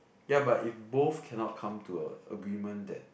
ya but if both cannot come to a agreement that